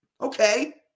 Okay